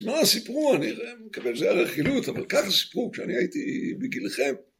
מה סיפרו, אני מקבל זה הרכילות, אבל ככה סיפרו, כשאני הייתי בגילכם.